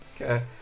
okay